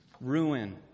ruin